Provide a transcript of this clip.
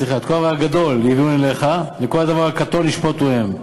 סליחה: את "כל הדבר הגדֹל יביאו אליך וכל הדבר הקטֹן ישפטו הם".